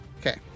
Okay